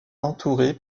entouré